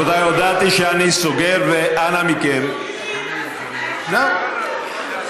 רבותיי, הודעתי שאני סוגר, ואנא מכם, זהו.